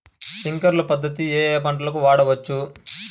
Sprinkler పద్ధతిని ఏ ఏ పంటలకు వాడవచ్చు?